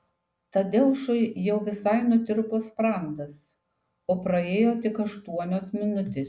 tadeušui jau visai nutirpo sprandas o praėjo tik aštuonios minutės